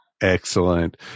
Excellent